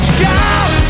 Shout